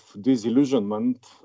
disillusionment